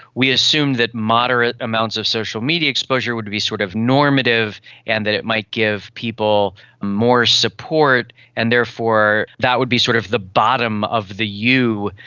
we assumed that moderate amounts of social media exposure would be sort of normative and that it might give people more support and therefore that would be sort of the bottom of the u.